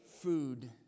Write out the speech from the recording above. Food